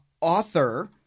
author